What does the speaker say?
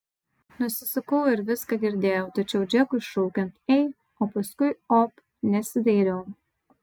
nusisukau ir viską girdėjau tačiau džekui šaukiant ei o paskui op nesidairiau